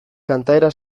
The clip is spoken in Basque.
kantaera